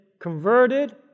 converted